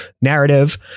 narrative